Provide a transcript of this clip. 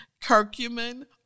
curcumin